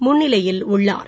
முன்னிலையில் உள்ளார்